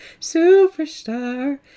Superstar